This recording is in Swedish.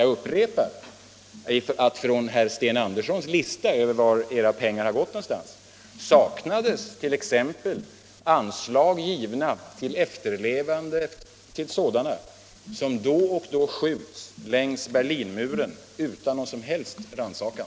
Jag upprepar att i herr Sten Anderssons lista över vart era pengar gått saknas exempelvis anslag givna till efterlevande till sådana som då och då skjuts längs Berlinmuren utan någon som helst rannsakan.